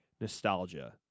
nostalgia